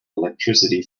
electricity